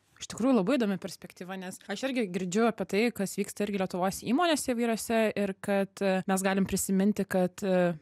iš tikrųjų labai įdomi perspektyva nes aš irgi girdžiu apie tai kas vyksta irgi lietuvos įmonėse įvairiose ir kad mes galim prisiminti kad